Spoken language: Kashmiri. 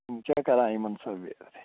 یِم چھِنا کَران یِمَن سورُے